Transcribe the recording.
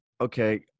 okay